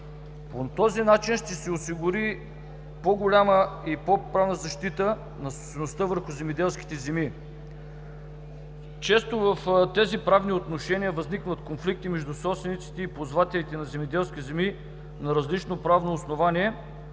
По този начин ще се осигури по-голяма правна защита на собствеността върху земеделските земи. Често в тези правни отношения възникват конфликти между собствениците и ползвателите на тези земи на различно правно основание,